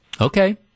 Okay